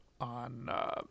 on